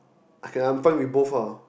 I can I'm fine with both ah